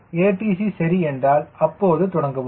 ATC சரி என்றால் அப்போது தொடங்கவும்